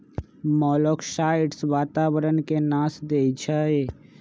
मोलॉक्साइड्स वातावरण के नाश देई छइ